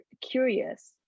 curious